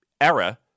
era